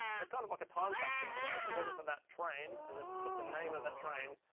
was kind of like a time capsule in a away. if it wasn't for that train, and just the name of that train,